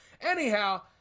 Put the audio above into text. anyhow